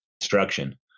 construction